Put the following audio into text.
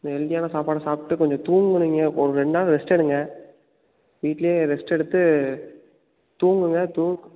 ஹெல்தியான சாப்பாடாக சாப்பிட்டு கொஞ்சம் தூங்கினிங்க ஒரு ரெண்டு நாள் ரெஸ்ட் எடுங்க வீட்டிலே ரெஸ்ட் எடுத்து தூங்குங்க தூ